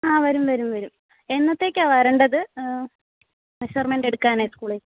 ആ വരും വരും വരും എന്നത്തേക്കാ വരേണ്ടത് മെഷർമെൻറ്റ് എടുക്കാനായി സ്കൂളി